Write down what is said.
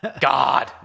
God